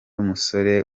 musore